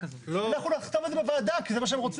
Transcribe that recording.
נכתוב את זה בוועדה, כי זה מה שהם רוצים.